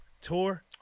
tour